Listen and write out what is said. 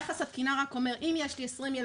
יחס התקינה רק אומר: אם יש לי 20 ילדים,